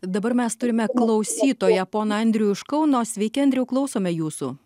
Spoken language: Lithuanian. dabar mes turime klausytoją poną andrių iš kauno sveiki andriau klausome jūsų